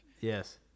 Yes